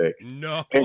No